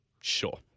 Sure